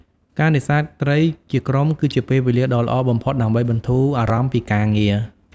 ការនេសាទត្រីជាក្រុមគឺជាពេលវេលាដ៏ល្អបំផុតដើម្បីបន្ធូរអារម្មណ៍ពីការងារ។